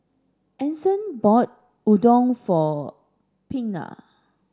Ason bought Udon for Pinkney